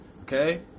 Okay